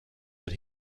that